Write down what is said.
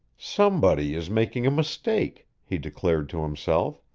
somebody is making a mistake, he declared to himself,